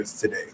today